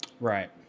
Right